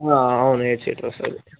అవును eight seater వస్తుంది